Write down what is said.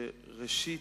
ראשית,